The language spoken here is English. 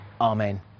Amen